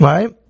Right